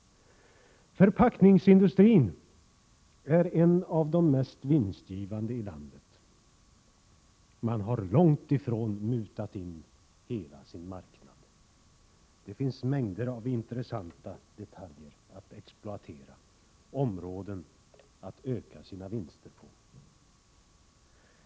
Förpackningsindustrin är en av de mest vinstgivande industrierna i landet. Man har långt ifrån mutat in hela sin marknad — det finns mängder av intressanta detaljer att exploatera, områden att öka sina vinster på.